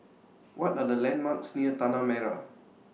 What Are The landmarks near Tanah Merah